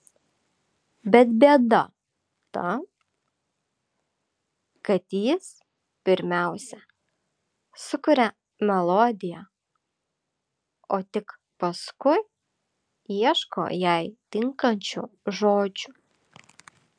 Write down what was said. bet bėda ta kad jis pirmiausia sukuria melodiją o tik paskui ieško jai tinkančių žodžių